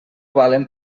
valen